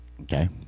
Okay